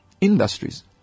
industries